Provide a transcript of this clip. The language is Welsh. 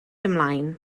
ymlaen